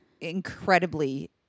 incredibly